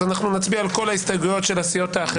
אז אנחנו נצביע על כל ההסתייגויות של הסיעות האחרות.